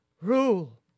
Rule